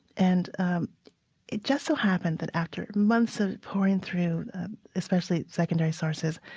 and it just so happened that after months of pouring through especially secondary sources,